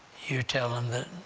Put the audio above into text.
you tell him that